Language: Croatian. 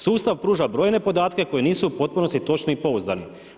Sustav pruža brojne podatke, koje nisu u potpunosti točni i pouzdani.